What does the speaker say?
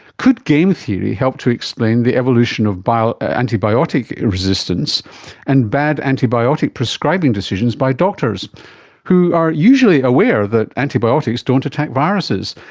could game theory help to explain the evolution of antibiotic resistance and bad antibiotic prescribing decisions by doctors who are usually aware that antibiotics don't attack viruses,